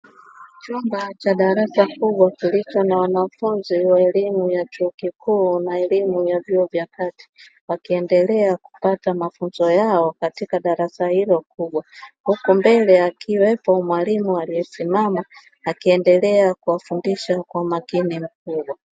Chumba cha darasa kubwa kilicho na wanafunzi wa elimu ya chuo kikuu na elimu ya vyuo vya kati wakiendelea kupata mafunzo yao katika darasa hilo kubwa, huku mbele akiwepo mwalimu aliyesimama akiendelea kuwafundisha kwa umakini mkubwa.